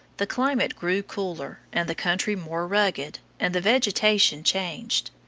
the climate grew cooler and the country more rugged, and the vegetation changed.